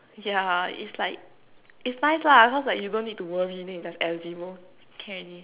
yeah is like is nice lah cause like you don't need to worry then you just add a zero can already